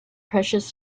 precious